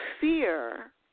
fear